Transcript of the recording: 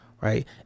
right